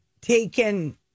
taken